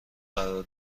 قرار